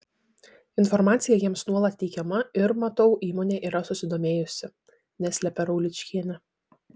informacija jiems nuolat teikiama ir matau įmonė yra susidomėjusi neslepia rauličkienė